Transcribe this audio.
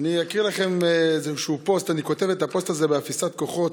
אני אקריא לכם איזשהו פוסט: אני כותב את הפוסט הזה באפיסת כוחות,